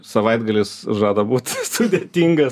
savaitgalis žada būt sudėtingas